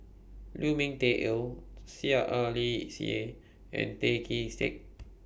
Lu Ming Teh Earl Seah R Li Seah and Tan Kee Sek